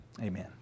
amen